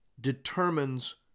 determines